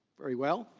very well.